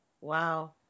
Wow